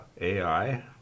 AI